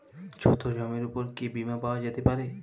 ছোট জমির উপর কি বীমা পাওয়া যেতে পারে?